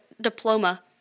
diploma